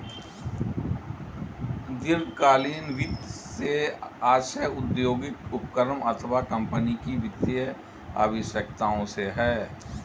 दीर्घकालीन वित्त से आशय औद्योगिक उपक्रम अथवा कम्पनी की वित्तीय आवश्यकताओं से है